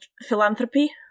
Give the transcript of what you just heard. philanthropy